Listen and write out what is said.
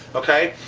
okay?